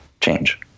change